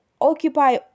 occupy